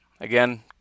Again